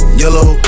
yellow